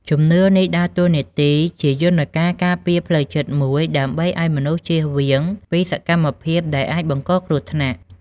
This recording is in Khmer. ជំនឿនេះដើរតួនាទីជាយន្តការការពារផ្លូវចិត្តមួយ ដើម្បីឲ្យមនុស្សជៀសវាងពីសកម្មភាពដែលអាចបង្កគ្រោះថ្នាក់។